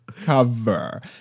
cover